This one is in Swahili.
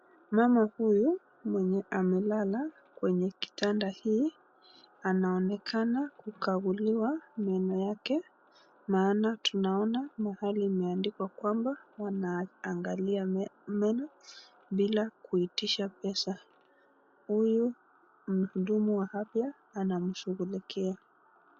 Mama huyu mwenye amelala kwenye kitanda hii anaonekana kukaguliwa meno yake maana tunaona mahali imeandikwa kwamba wanaangalia meno bila kuitisha pesa. Huyu mhudumu wa afya anamshughulikia.